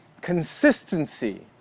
consistency